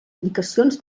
indicacions